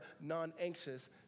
non-anxious